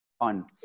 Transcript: on